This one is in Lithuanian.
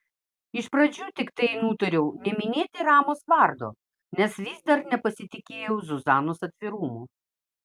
iš pradžių tiktai nutariau neminėti ramos vardo nes vis dar nepasitikėjau zuzanos atvirumu